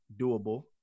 doable